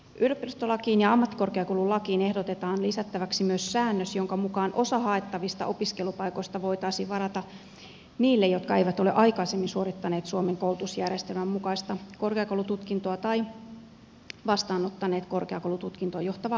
yliopistolakiin ja ammattikorkeakoululakiin ehdotetaan lisättäväksi myös säännös jonka mukaan osa haettavista opiskelupaikoista voitaisiin varata niille jotka eivät ole aikaisemmin suorittaneet suomen koulutusjärjestelmän mukaista korkeakoulututkintoa tai vastaanottaneet korkeakoulututkintoon johtavaa opiskelupaikkaa